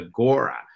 Agora